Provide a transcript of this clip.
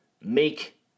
make